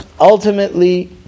ultimately